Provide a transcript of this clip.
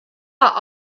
bought